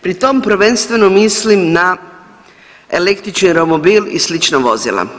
Pri tom prvenstveno mislim na električni romobil i slična vozila.